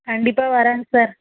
கண்டிப்பாக வரேன் சார்